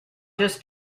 just